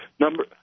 Number